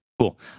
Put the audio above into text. Cool